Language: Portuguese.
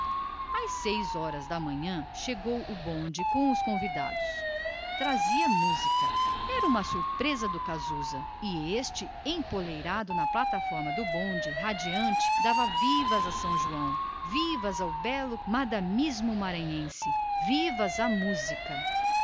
às seis e meia da manhã chegou o bonde com os convidados trazia música era uma surpresa arranjada pelo casusa e este encarrapitado na plataforma do carro doido de entusiasmo dava vivas a são joão vivas ao belo madamismo maranhense e vivas à música